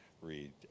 read